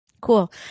Cool